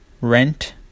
rent